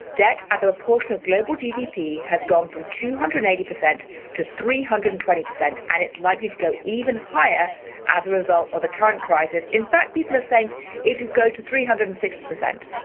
debt as a proportion of global gdp, has gone from two hundred and eighty percent to three hundred and twenty percent and it's likely to go even higher as a result of the current crisis. in fact, people are saying it could go to three hundred and sixty percent.